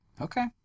Okay